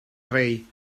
rei